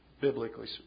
Biblically